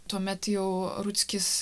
tuomet jau rutskis